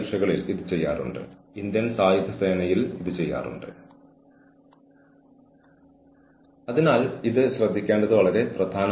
ഉൾപ്പെട്ടിരിക്കുന്ന രണ്ട് ആളുകളുടെ വ്യക്തിപരമായ കാര്യങ്ങളിൽ രഹസ്യസ്വഭാവം നിലനിർത്തൽ അത്യന്താപേക്ഷിതമാണ്